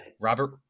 Robert